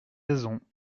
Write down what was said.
raisons